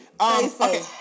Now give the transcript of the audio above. Okay